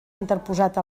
interposat